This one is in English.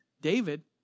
David